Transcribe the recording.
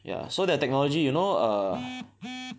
ya so their technology you know err